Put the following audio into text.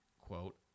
quote